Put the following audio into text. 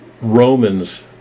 Romans